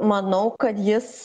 manau kad jis